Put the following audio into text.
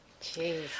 Jeez